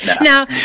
Now